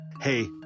Hey